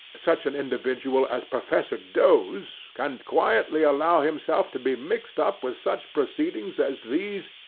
such an individual as professor doze, can quietly allow himself to be mixed up with such proceedings as these,